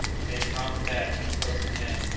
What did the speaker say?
and made tom and bat keep close at hand,